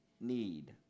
need